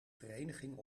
vereniging